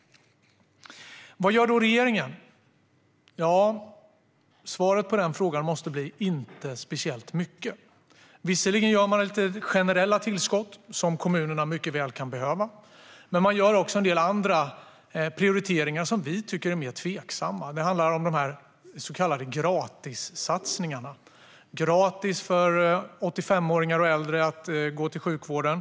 Vad gör då regeringen? Svaret på den frågan måste bli: inte speciellt mycket. Visserligen gör man lite generella tillskott som kommunerna mycket väl kan behöva. Men man gör också en del andra prioriteringar som vi tycker är mer tveksamma. Det handlar om de så kallade gratissatsningarna. Det ska vara gratis för 85-åringar och äldre att gå till sjukvården.